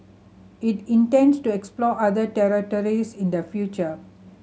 it intends to explore other territories in the future